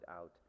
out